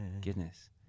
goodness